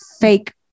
Fake